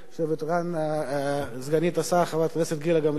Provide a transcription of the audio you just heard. יושבת כאן סגנית השר חברת הכנסת גילה גמליאל,